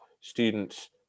students